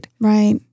Right